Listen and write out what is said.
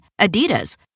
Adidas